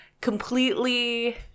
completely-